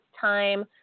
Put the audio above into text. time